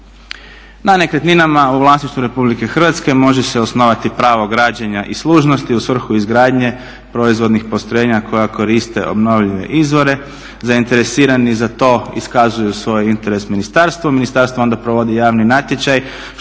Na nekretninama u vlasništvu RH može se osnovati pravo građenja i služnosti u svrhu izgradnje proizvodnih postrojenja koja koriste obnovljive izvore. Zainteresirani za to iskazuju svoj interes ministarstvu, ministarstvo onda provodi javni natječaj što je dužno